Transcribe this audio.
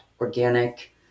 organic